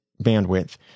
bandwidth